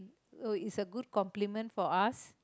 oh is a good compliment for us